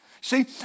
See